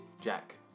Jack